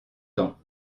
temps